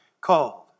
called